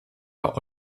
war